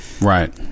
Right